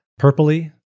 Purpley